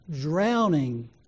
drowning